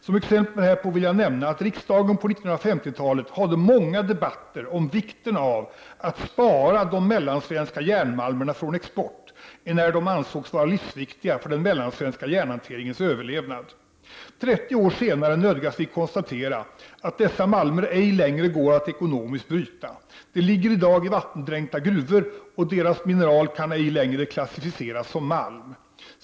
Som exempel härpå vill jag nämna, att riksdagen på 1950 talet hade många debatter om vikten av att spara de mellansvenska järnmalmerna från export, enär de ansågs vara livsviktiga för den mellansvenska järnhanteringens överlevnad. 30 år senare nödgas vi konstatera att dessa malmer ej längre går att ekonomiskt bryta. De ligger i dag i vattendränkta gruvor, och deras mineral kan ej längre klassificeras som malm.